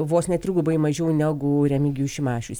vos ne trigubai mažiau negu remigijus šimašius